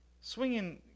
swinging